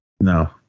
no